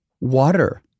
Water